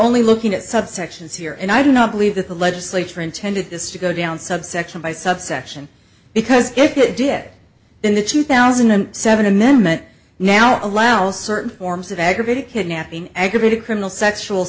only looking at subsections here and i do not believe that the legislature intended this to go down subsection by subsection because if it did then the two thousand and seven amendment now allows certain forms of aggravated kidnapping aggravated criminal sexual